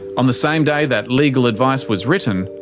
on the same day that legal advice was written,